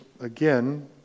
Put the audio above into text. again